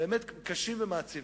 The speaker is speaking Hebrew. קשים ומעציבים.